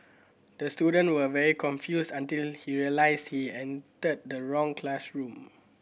the student was very confused until he realised he entered the wrong classroom